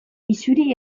isuri